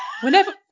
Whenever